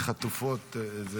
חטופות.